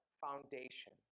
foundation